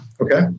okay